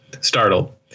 startled